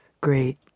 great